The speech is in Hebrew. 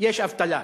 יש אבטלה.